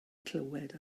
clywed